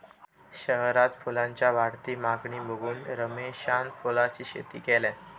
शहरात फुलांच्या वाढती मागणी बघून रमेशान फुलांची शेती केल्यान